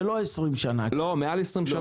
זה לא 20 שנה הכלל הזה.